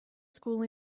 school